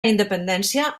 independència